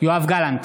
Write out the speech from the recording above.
יואב גלנט,